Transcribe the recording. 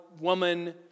woman